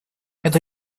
эта